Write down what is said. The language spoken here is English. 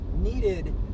needed